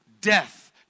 death